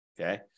okay